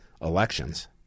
elections